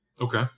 Okay